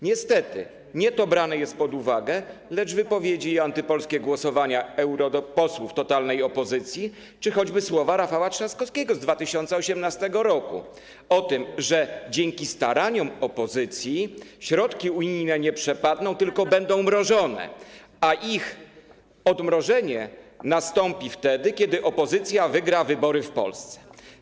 Niestety nie to brane jest pod uwagę, lecz wypowiedzi i antypolskie głosowania europosłów totalnej opozycji czy choćby słowa Rafała Trzaskowskiego z 2018 r. o tym, że dzięki staraniom opozycji środki unijne nie przepadną, tylko będą zamrożone, a ich odmrożenie nastąpi wtedy, kiedy opozycja wygra wybory w Polsce.